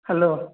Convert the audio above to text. hello